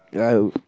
yeah